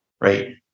right